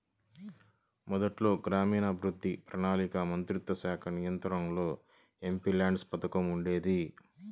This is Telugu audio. మొదట్లో గ్రామీణాభివృద్ధి, ప్రణాళికా మంత్రిత్వశాఖ నియంత్రణలో ఎంపీల్యాడ్స్ పథకం ఉండేది